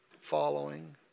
following